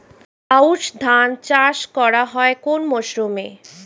আউশ ধান চাষ করা হয় কোন মরশুমে?